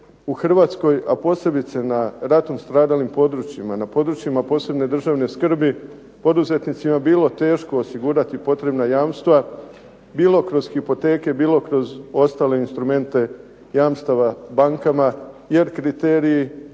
u Hrvatskoj, a posebice na ratom stradalim područjima, na područjima posebne državne skrbi poduzetnicima bilo teško osigurati potrebna jamstva bilo kroz hipoteke, bilo kroz ostale instrumente jamstava bankama. Jer kriteriji